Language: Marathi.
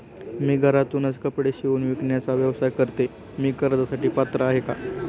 मी घरातूनच कपडे शिवून विकण्याचा व्यवसाय करते, मी कर्जासाठी पात्र आहे का?